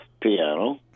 Piano